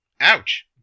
Ouch